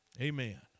Amen